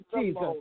Jesus